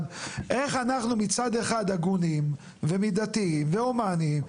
איך אנחנו מצד אחד הגונים ומידתיים והומניים.